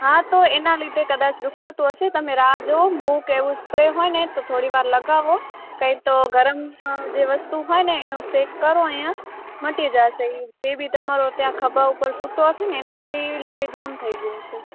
હા તો એના લીધે કદાચ દુખતું હશે તમે રાહ જુઓ મૂવ કે એવું કોઈ સ્પ્રે હોય ને તો થોડીવાર લગાવો નહીં તો ગરમ જે વસ્તુ હોય ને એનો શેક કરો અહિંયા મટી જશે એ બેબી તમારો ત્યાં ખભા ઉપર સૂતો હશે ને એનાથી લોહી જામ થઇ ગયું હશે